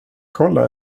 kolla